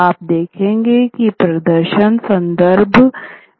आप देखें कि प्रदर्शन संदर्भ में ही आता है